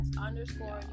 underscore